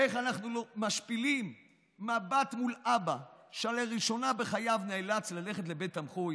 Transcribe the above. איך אנחנו לא משפילים מבט מול אבא שלראשונה בחייו נאלץ ללכת לבית תמחוי